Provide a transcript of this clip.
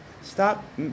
stop